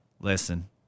listen